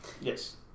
Yes